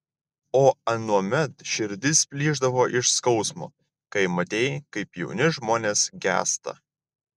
o anuomet širdis plyšdavo iš skausmo kai matei kaip jauni žmonės gęsta